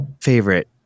favorite